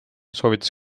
soovitas